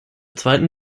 zweiten